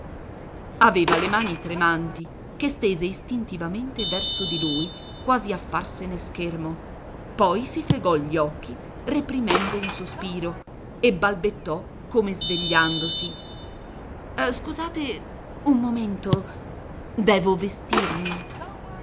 aveva le mani tremanti che stese istintivamente verso di lui quasi a farsene schermo poi si fregò gli occhi reprimendo un sospiro e balbettò come svegliandosi scusate un momento devo vestirmi